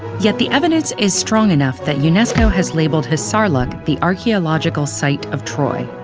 yet the evidence is strong enough that unesco has labelled hisarlik the archeological site of troy.